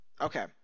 okay